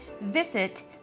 Visit